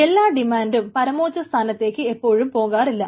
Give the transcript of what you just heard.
എല്ലാ ഡിമാൻഡും പരമോച്ചസ്ഥാനത്തേക്ക് എപ്പോഴും പോകാറില്ല